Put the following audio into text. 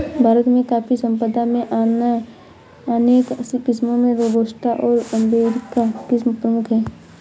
भारत में कॉफ़ी संपदा में अनेक किस्मो में रोबस्टा ओर अरेबिका किस्म प्रमुख है